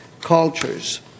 cultures